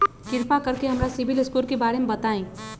कृपा कर के हमरा सिबिल स्कोर के बारे में बताई?